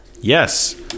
Yes